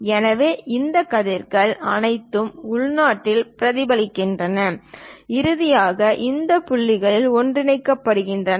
எனவே இந்த கதிர்கள் அனைத்தும் உள்நாட்டில் பிரதிபலிக்கின்றன இறுதியாக இந்த புள்ளிகளில் ஒன்றிணைகின்றன